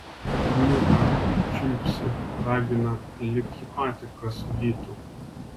niūkia čiulpsi ragina lyg jį patį kas vytų